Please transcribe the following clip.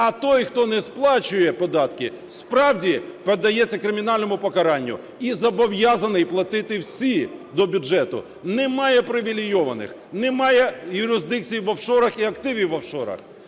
А той, хто не сплачує податки, справді, піддається кримінальному покаранню, і зобов'язаний платити всі до бюджету. Немає привілейованих, немає юрисдикції в офшорах і активів в офшорах.